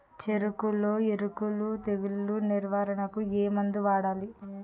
చెఱకులో ఎర్రకుళ్ళు తెగులు నివారణకు ఏ మందు వాడాలి?